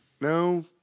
No